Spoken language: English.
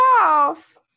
off